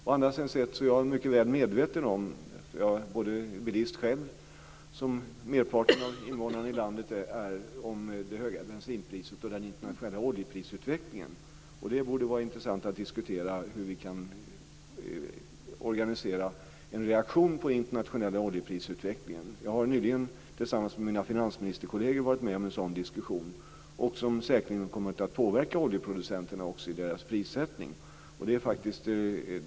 Å andra sidan är jag mycket väl medveten om - jag är själv bilist, som merparten av invånarna i landet är - om det höga bensinpriset och den internationella oljeprisutvecklingen. Det borde vara intressant att diskutera hur vi kan organisera en reaktion på den internationella oljeprisutvecklingen. Jag har nyligen tillsammans med mina finansministerkolleger varit med om en sådan diskussion som säkerligen kommer att påverka oljeproducenterna i deras prissättning.